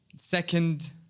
Second